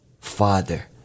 Father